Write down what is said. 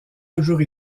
toujours